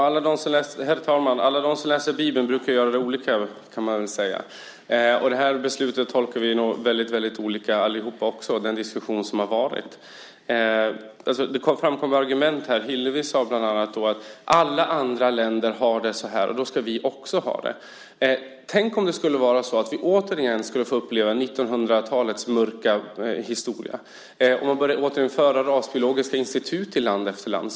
Herr talman! Alla de som läser Bibeln brukar göra det på olika sätt, kan man väl säga. Det här beslutet tolkar vi nog mycket olika också, att döma av den diskussion som har varit. Det framkommer argument här, bland annat sade Hillevi att alla andra länder har det så här och då ska vi också ha det så. Tänk om vi återigen skulle få uppleva 1900-talets mörka historia, och man började återinföra rasbiologiska institut i land efter land.